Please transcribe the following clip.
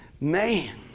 Man